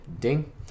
ding